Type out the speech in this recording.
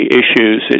issues